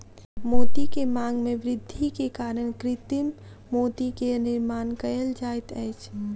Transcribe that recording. मोती के मांग में वृद्धि के कारण कृत्रिम मोती के निर्माण कयल जाइत अछि